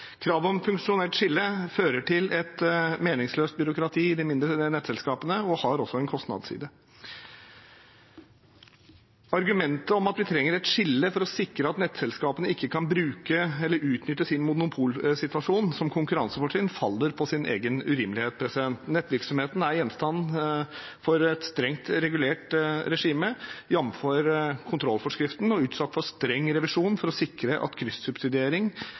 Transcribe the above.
Kravet om funksjonelt skille fører til et meningsløst byråkrati i de mindre nettselskapene og har også en kostnadsside. Argumentet om at vi trenger et skille for å sikre at nettselskapene ikke kan bruke eller utnytte sin monopolsituasjon som konkurransefortrinn, faller på sin egen urimelighet. Nettvirksomheten er gjenstand for et strengt regulert regime, jf. kontrollforskriften, og er utsatt for streng revisjon for å sikre at kryssubsidiering